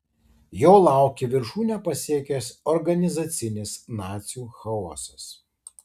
jo laukė viršūnę pasiekęs organizacinis nacių chaosas